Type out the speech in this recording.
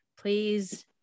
please